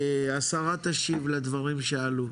השרה תשיב לדברים שעלו.